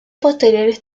posteriores